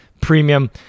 premium